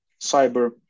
cyber